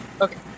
okay